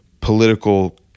political